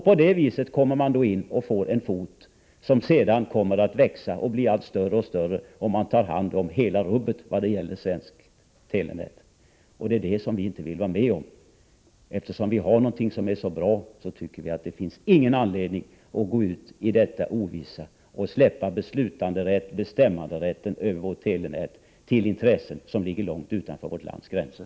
På det viset får de in en fot, och sedan kommer de att växa sig allt större och tar till sist hand om hela rubbet vad gäller det svenska telenätet. Detta vill vi inte vara med om. Eftersom vi har någonting som är så bra, tycker vi inte det finns någon anledning att gå ut i det ovissa och släppa beslutanderätten och bestämmanderätten över vårt telenät till intressen långt utanför vårt lands gränser.